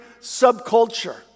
subculture